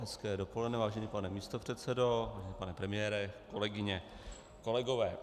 Hezké dopoledne, vážený pane místopředsedo, vážený pane premiére, kolegyně a kolegové.